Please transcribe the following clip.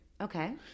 Okay